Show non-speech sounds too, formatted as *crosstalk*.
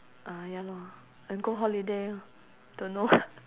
uh ya lor and go holiday orh don't know *noise*